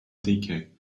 decay